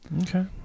Okay